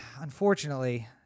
unfortunately